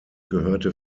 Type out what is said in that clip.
gehörte